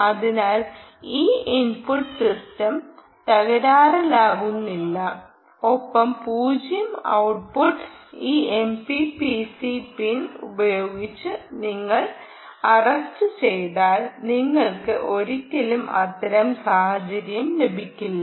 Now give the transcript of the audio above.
അതിനാൽ ഈ input system തകരാറിലാകുന്നില്ല ഒപ്പം 0 ഔട്ട്പുട്ട് ഈ എംപിപിസി പിൻ ഉപയോഗിച്ച് നിങ്ങൾ അറസ്റ്റ് ചെയ്താൽ നിങ്ങൾക്ക് ഒരിക്കലും അത്തരം സാഹചര്യം ലഭിക്കില്ല